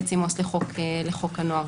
להתייעץ עם עובד סוציאלי לחוק הנוער,